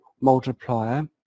multiplier